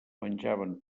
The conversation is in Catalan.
menjaven